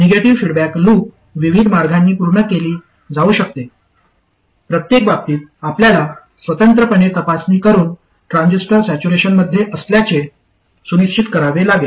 negative feedback loop विविध मार्गांनी पूर्ण केली जाऊ शकते प्रत्येक बाबतीत आपल्याला स्वतंत्रपणे तपासणी करून ट्रान्झिस्टर सॅच्युरेशनमध्ये असल्याचे सुनिश्चित करावे लागेल